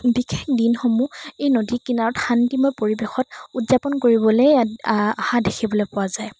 বিশেষ দিনসমূহ এই নদীৰ কিনাৰত শান্তিময় পৰিৱেশত উদযাপন কৰিবলে অহা দেখিবলৈ পোৱা যায়